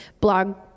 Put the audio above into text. blog